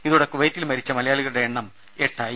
ഇതോടെ കുവൈറ്റിൽ മരിച്ച മലയാളികളുടെ എണ്ണം എട്ട് ആയി